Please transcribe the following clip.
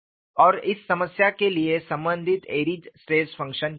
और इस समस्या के लिए संबंधित ऐरीज स्ट्रेस फंक्शन क्या है